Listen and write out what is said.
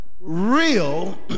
real